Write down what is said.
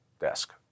desk